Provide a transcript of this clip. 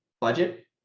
budget